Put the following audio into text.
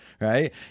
right